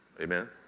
Amen